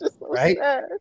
Right